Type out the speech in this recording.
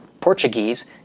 Portuguese